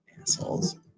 Assholes